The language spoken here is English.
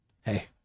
Hey